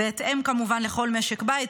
בהתאם כמובן לכל משק בית,